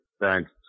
Thanks